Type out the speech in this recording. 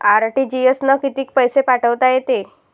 RTGS न कितीक पैसे पाठवता येते?